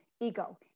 ego